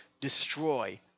destroy